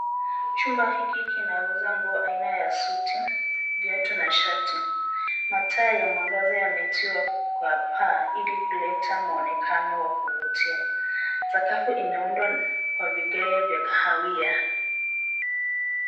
Chumba hiki kinauza nguo aina ya suti, viatu na shati. Mataa ya mwangaza yametiwa kwa paa ili kuleta muonekano wa kuvutia. Sakafu imeundwa kwa vigae vya kahawia.